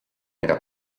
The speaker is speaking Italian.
era